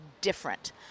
different